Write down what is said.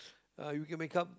ah you can become